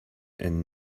and